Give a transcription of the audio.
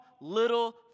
little